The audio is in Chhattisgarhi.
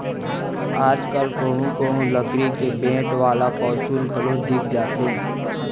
आज कल कोहूँ कोहूँ लकरी के बेंट वाला पौंसुल घलौ दिख जाथे